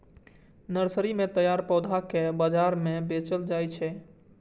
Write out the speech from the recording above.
nursery मे तैयार पौधा कें बाजार मे बेचल जाइ छै